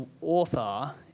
author